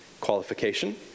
qualification